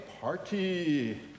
party